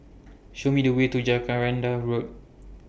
Show Me The Way to Jacaranda Road